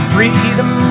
Freedom